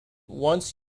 once